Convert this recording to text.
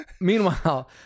meanwhile